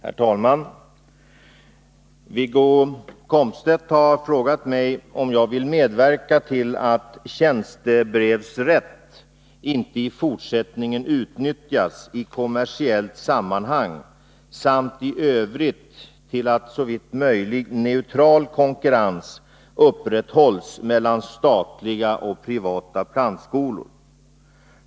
Herr talman! Wiggo Komstedt har frågat mig om jag vill medverka till att tjänstebrevsrätt inte i fortsättningen utnyttjas i kommersiellt sammanhang samt i Övrigt till att såvitt möjligt neutral konkurrens upprätthålls mellan statliga och privata plantskolor.